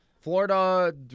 Florida